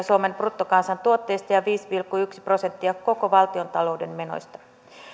suomen bruttokansantuotteesta ja viisi pilkku yksi prosenttia koko valtiontalouden menoista